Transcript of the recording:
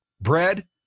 bread